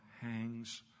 hangs